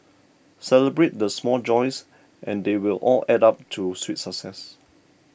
celebrate the small joys and they will all add up to sweet success